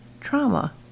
trauma